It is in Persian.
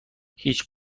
هیچ